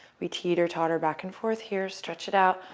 we teeter-totter back and forth here. stretch it out.